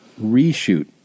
reshoot